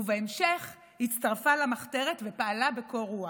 ובהמשך הצטרפה למחתרת ופעלה בקור רוח.